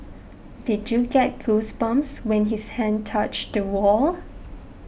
did you get goosebumps when his hand touched the wall